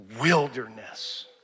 wilderness